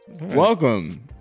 welcome